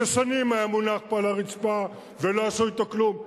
ששנים היה מונח פה על הרצפה ולא עשו אתו כלום.